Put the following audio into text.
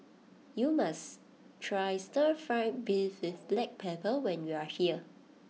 you must try Stir Fry Beef with Black Pepper when you are here